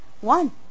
one